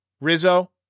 Rizzo